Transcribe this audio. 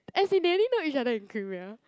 as in they already know each other in Creamier